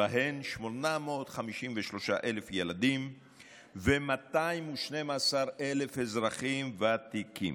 ובהם 853,000 ילדים ו-212,000 אזרחים ותיקים.